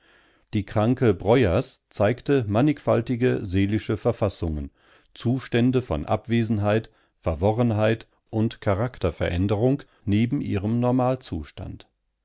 die kranke breuers zeigte mannigfaltige seelische verfassungen zustände von abwesenheit verworrenheit und charakterveränderung neben ihrem normalzustand